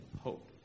hope